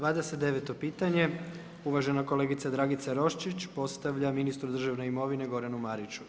29. pitanje, uvaženi kolegica Dragica Roščić, postavlja ministru državne imovine, Goranu Mariću.